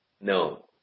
No